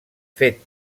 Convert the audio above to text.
fet